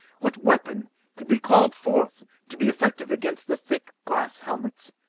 what weapon could be called forth to be effective against the thick glass helmets?